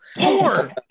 Four